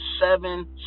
seven